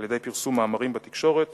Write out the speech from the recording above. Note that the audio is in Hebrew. על-ידי פרסום מאמרים בתקשורת